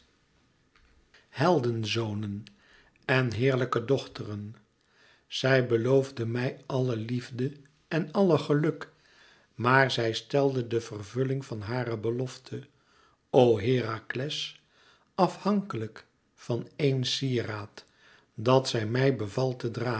heldenzonen en heerlijke dochteren zij beloofde mij àlle liefde en àlle geluk maar zij stelde de vervulling van hare belofte o herakles afhankelijk van éen sieraad dat zij mij beval te dragen